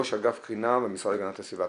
ראש אגף קרינה מהמשרד להגנת הסביבה.